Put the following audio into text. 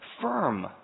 firm